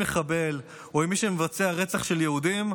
מחבל או עם מי שמבצע רצח של יהודים,